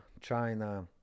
China